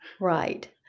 Right